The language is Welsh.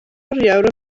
oriawr